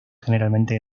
generalmente